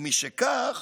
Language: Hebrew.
ומשכך